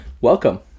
Welcome